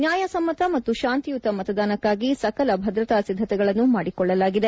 ನ್ಯಾಯ ಸಮ್ಮತ ಮತ್ತು ಶಾಂತಿಯುತ ಮತದಾನಕ್ಕಾಗಿ ಸಕಲ ಭದ್ರತಾ ಸಿದ್ದತೆಗಳನ್ನು ಮಾಡಿಕೊಳ್ಳಲಾಗಿದೆ